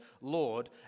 Lord